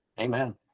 Amen